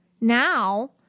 now